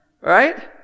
Right